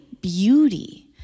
beauty